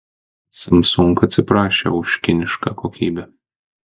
samsung atsiprašė už kinišką kokybę